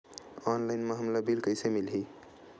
Online म हमला bill कइसे मिलही?